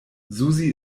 susi